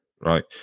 right